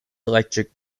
electric